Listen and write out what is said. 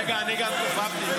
רגע, אני גם דפקתי.